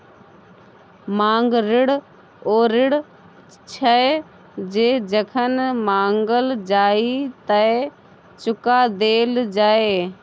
मांग ऋण ओ ऋण छै जे जखन माँगल जाइ तए चुका देल जाय